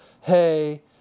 hey